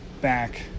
back